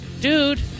Dude